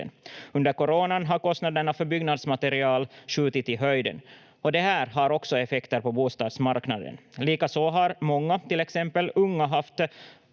Under coronan har kostnaderna för byggnadsmaterial skjutit i höjden, och det här har också effekter på bostadsmarknaden. Likaså har många, till exempel unga,